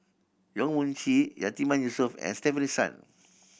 Yong Mun Chee Yatiman Yusof and Stefanie Sun